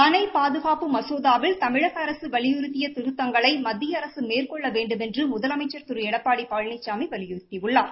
அணை பாதுகாப்பு மகோதாவில் தமிழக அரசு வலிபுறுத்திய திருத்தங்களை மத்திய அரசு மேற்கொள்ள வேண்டுமென்று முதலமைச்சர் திரு எடப்பாடி பழனிசாமி வலியுறுத்தியுள்ளார்